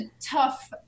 tough